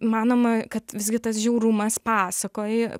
manoma kad visgi tas žiaurumas pasakoji